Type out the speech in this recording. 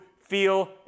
feel